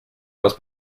los